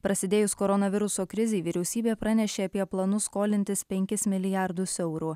prasidėjus koronaviruso krizei vyriausybė pranešė apie planus skolintis penkis milijardus eurų